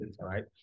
right